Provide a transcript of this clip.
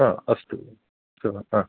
हा अस्तु श्वः हा